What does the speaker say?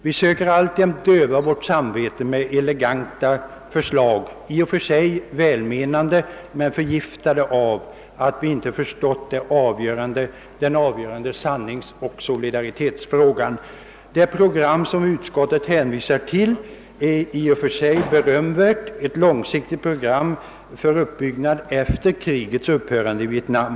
Vi försöker fortfarande döva vårt samvete med eleganta förslag, i och för sig välmenande, men förgiftade av att vi inte förstått den avgörande sanningsoch solidaritetsfrågan. Det program som utskottet hänvisar till är i och för sig berömvärt: ett långsiktigt program för uppbyggnad efter krigets upphörande i Vietnam.